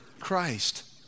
Christ